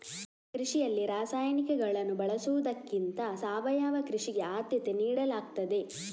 ಕೃಷಿಯಲ್ಲಿ ರಾಸಾಯನಿಕಗಳನ್ನು ಬಳಸುವುದಕ್ಕಿಂತ ಸಾವಯವ ಕೃಷಿಗೆ ಆದ್ಯತೆ ನೀಡಲಾಗ್ತದೆ